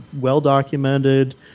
well-documented